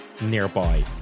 nearby